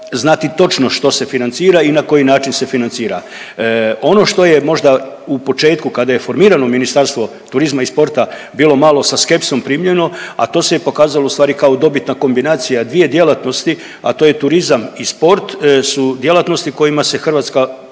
znati točno što se financira i na koji način se financira. Ono što je možda u početku kada je formirano Ministarstvo turizma i sporta bilo malo sa skepsom primljeno, a to se je pokazalo ustvari kao dobitna kombinacija, dvije djelatnosti, a to je turizam i sport su djelatnosti kojima se Hrvatska